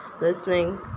listening